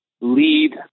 Lead